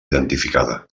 identificada